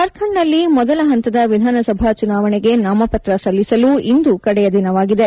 ಜಾರ್ಖಂಡ್ನಲ್ಲಿ ಮೊದಲ ಹಂತದ ವಿಧಾನಸಭಾ ಚುನಾವಣೆಗೆ ನಾಮಪತ್ರ ಸಲ್ಲಿಸಲು ಇಂದು ಕಡೆಯ ದಿನವಾಗಿದೆ